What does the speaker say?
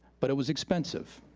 but it was expensive.